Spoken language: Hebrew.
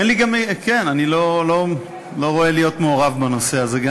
אני לא רואה, להיות מעורב גם בנושא הזה.